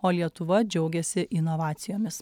o lietuva džiaugiasi inovacijomis